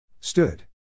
Stood